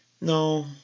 no